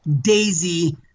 Daisy